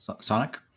sonic